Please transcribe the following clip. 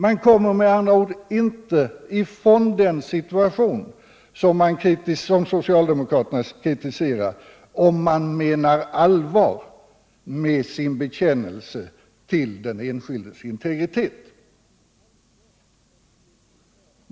Man kommer med andra ord inte ifrån den situation som socialdemokraterna kritiserar, om man menar allvar med sin bekännelse till den enskildes integritet.